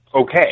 okay